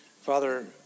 Father